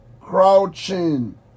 crouching